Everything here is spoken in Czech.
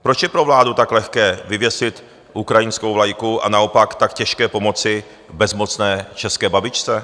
Proč je pro vládu tak lehké vyvěsit ukrajinskou vlajku a naopak tak těžké pomoci bezmocné české babičce?